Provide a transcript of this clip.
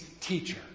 teacher